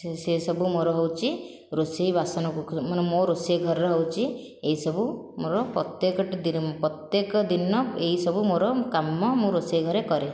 ସେସବୁ ମୋର ହେଉଛି ରୋଷେଇ ବାସନ ମାନେ ମୋ ରୋଷେଇ ଘରର ହେଉଛି ଏହିସବୁ ମୋର ପ୍ରତ୍ୟେକ ପ୍ରତ୍ୟେକ ଦିନ ଏହିସବୁ ମୋର କାମ ମୁଁ ରୋଷେଇ ଘରେ କରେ